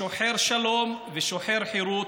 שוחר שלום ושוחר חירות,